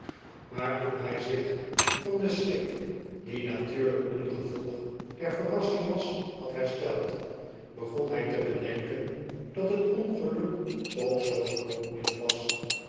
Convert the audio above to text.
maar toen hy zich van den schrik die natuurlijk een gevolg der verrassing was had hersteld begon hij tebedenken dat het ongeluk toeh zoo groot niet was